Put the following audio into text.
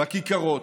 בכיכרות,